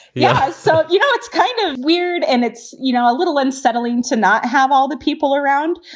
yeah so, you know, it's kind of weird and it's, you know, a little unsettling to not have all the people around.